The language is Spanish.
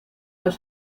los